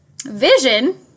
vision